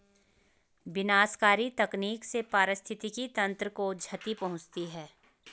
विनाशकारी तकनीक से पारिस्थितिकी तंत्र को क्षति पहुँचती है